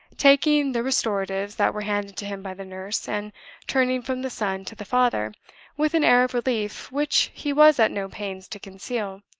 taking the restoratives that were handed to him by the nurse, and turning from the son to the father with an air of relief which he was at no pains to conceal.